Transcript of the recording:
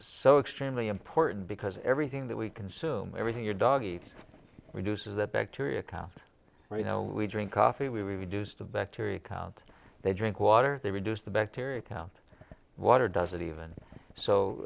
so extremely important because everything that we consume everything your dog eat produces that bacteria calm right now we drink coffee we reduce the bacteria count they drink water they reduce the bacteria count water doesn't even so